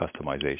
customization